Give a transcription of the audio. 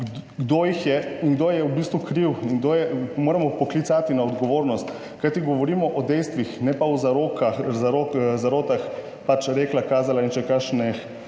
kdo jih je in kdo je v bistvu kriv in kdo je, moramo poklicati na odgovornost, kajti govorimo o dejstvih, ne pa o zarotah, pač, rekla, kazala in še kakšnih